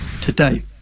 today